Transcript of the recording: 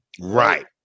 Right